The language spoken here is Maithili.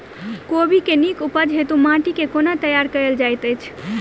कोबी केँ नीक उपज हेतु माटि केँ कोना तैयार कएल जाइत अछि?